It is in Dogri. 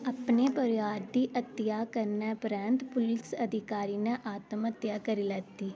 अपने परोआर दी हत्या करने परैंत्त पुलिस अधिकारी ने आत्महत्या करी लैती